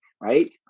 right